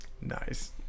Nice